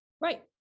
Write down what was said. Right